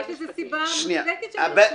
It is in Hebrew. אבל יש לזה סיבה מוצדקת, שהם ירצו להיות.